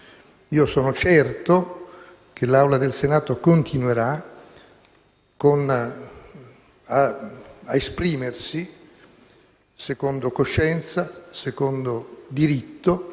Io sono certo che l'Assemblea del Senato continuerà ad esprimersi secondo coscienza, secondo diritto,